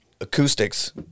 acoustics